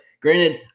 granted